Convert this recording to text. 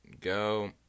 go